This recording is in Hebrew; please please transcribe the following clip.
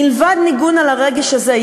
מלבד ניגון על הרגש הזה,